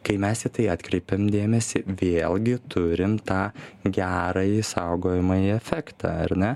kai mes į tai atkreipėm dėmesį vėlgi turime tą gerąjį saugojamąjį efektą ar ne